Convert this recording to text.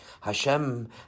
Hashem